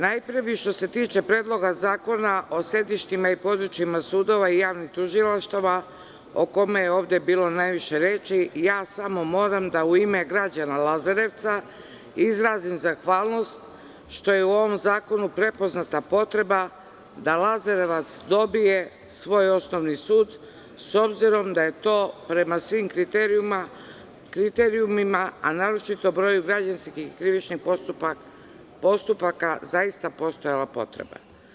Najpre bi, što se tiče Predloga zakona o sedištima i područjima sudova i javnih tužilaštava o kome je ovde bilo najviše reči, ja samo moram u ime građana Lazarevca izrazim zahvalnost što je u ovom zakonu prepoznata potreba da Lazarevac dobije svoj osnovni sud, s obzirom da je to prema svim kriterijumima, a naročito broju građanskih krivičnih postupaka zaista postojala potreba.